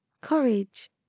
Courage